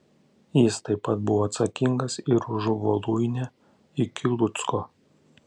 jis taip pat buvo atsakingas ir už voluinę iki lucko